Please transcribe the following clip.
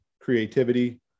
creativity